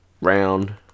round